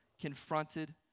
confronted